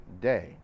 day